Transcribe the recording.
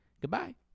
Goodbye